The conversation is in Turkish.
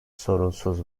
sorunsuz